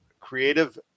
creative